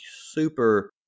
super